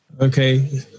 okay